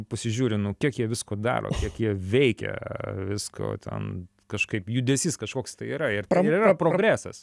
pasižiūri nu kiek jie visko daro kiek jie veikia visko ten kažkaip judesys kažkoks tai yra ir ten yra progresas